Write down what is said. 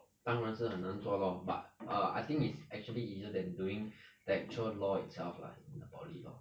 当然是很难做 lor but err I think it's actually easier than doing the actual law itself lah in the poly lor